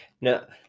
Now